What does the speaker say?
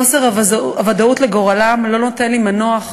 חוסר הוודאות בדבר גורלם לא נותן לי מנוח.